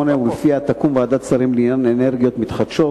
שלפיה תקום ועדת שרים לעניין אנרגיות מתחדשות.